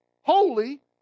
holy